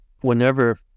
Whenever